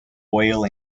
oil